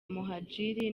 muhadjili